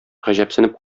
гаҗәпсенеп